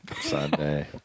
Sunday